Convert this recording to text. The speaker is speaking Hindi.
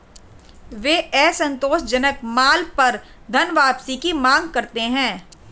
वे असंतोषजनक माल पर धनवापसी की मांग करते हैं